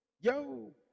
Yo